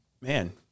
man